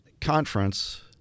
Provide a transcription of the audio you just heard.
conference